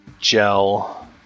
Gel